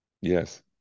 Yes